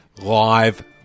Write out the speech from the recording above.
live